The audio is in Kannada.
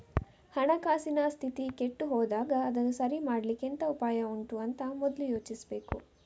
ಹಣಕಾಸಿನ ಸ್ಥಿತಿ ಕೆಟ್ಟು ಹೋದಾಗ ಅದನ್ನ ಸರಿ ಮಾಡ್ಲಿಕ್ಕೆ ಎಂತ ಉಪಾಯ ಉಂಟು ಅಂತ ಮೊದ್ಲು ಯೋಚಿಸ್ಬೇಕು